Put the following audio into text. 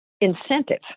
incentive